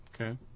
Okay